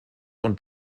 und